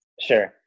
Sure